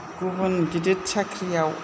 गुबुन गिदिद साख्रियाव